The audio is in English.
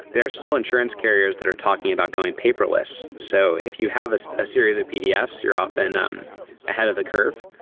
there are still insurance carriers that are talking about going paperless. so if you have a ah series of pdfs, you're often um ahead of the curve.